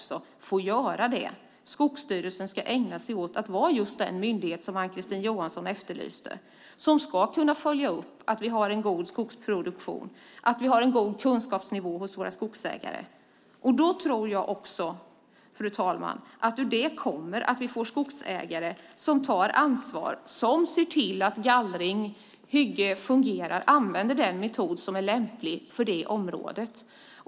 Skogsstyrelsen ska ägna sig åt att vara just den myndighet som Ann-Kristine Johansson efterlyste. Den ska följa upp att vi har en god skogsproduktion och en god kunskapsnivå hos våra skogsägare. Då tror jag, fru talman, att vi får skogsägare som tar ansvar och ser till att gallring med mera fungerar och använder den metod som är lämplig för området.